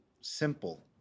simple